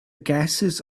gases